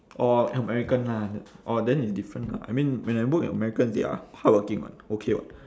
orh american lah orh then it's different lah I mean when I work with americans they are hardworking [what] okay [what]